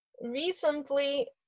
Recently